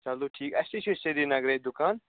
چلو ٹھیک اسہِ تہِ چھُ سری نگرے دُکان